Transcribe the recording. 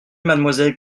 mademoiselle